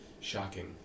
Shocking